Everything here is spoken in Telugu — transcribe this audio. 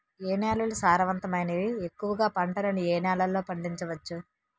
ఏ నేలలు సారవంతమైనవి? ఎక్కువ గా పంటలను ఏ నేలల్లో పండించ వచ్చు?